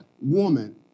woman